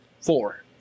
Four